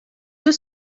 deux